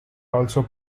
also